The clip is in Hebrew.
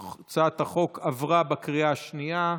הצעת החוק עברה בקריאה השנייה.